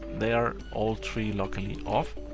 they are all three luckily off.